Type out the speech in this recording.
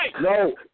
No